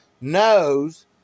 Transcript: knows